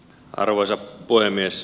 arvoisa puhemies